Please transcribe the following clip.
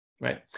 right